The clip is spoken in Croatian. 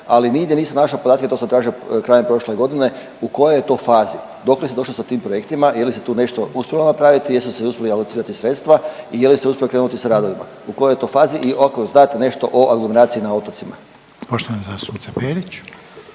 ali nigdje nisam našao podatke to sam tražio krajem prošle godine u kojoj je to fazi, dokle se došlo sa tim projektima i je li se tu nešto uspjelo napravit i jesu se uspjela alocirati sredstva i je li se uspjelo krenuti sa radovima. U kojoj je to fazi i ako znate nešto o aglomeraciji na otocima? **Reiner,